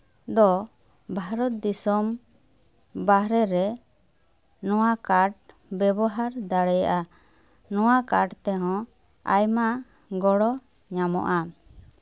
ᱫᱚ ᱵᱷᱟᱨᱚᱛ ᱫᱤᱥᱚᱢ ᱵᱟᱦᱨᱮ ᱨᱮ ᱱᱚᱣᱟ ᱠᱟᱨᱰ ᱵᱮᱵᱚᱦᱟᱨ ᱫᱟᱲᱮᱭᱟᱜᱼᱟ ᱱᱚᱣᱟ ᱠᱟᱨᱰ ᱛᱮᱦᱚᱸ ᱟᱭᱢᱟ ᱜᱚᱲᱚ ᱧᱟᱢᱚᱜᱼᱟ